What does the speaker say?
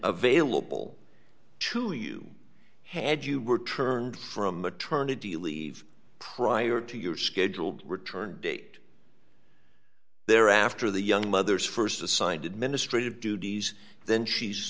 available to you had you were turned from maternity leave prior to your scheduled return date there after the young mother's st assigned administrative duties then she's